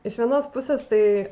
iš vienos pusės tai